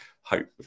hope